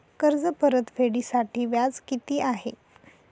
कर्ज परतफेडीसाठी व्याज किती आहे?